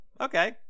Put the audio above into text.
okay